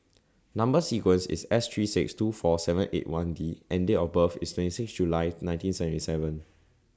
Number sequence IS S three six two four seven eight one D and Date of birth IS twenty six July nineteen seventy seven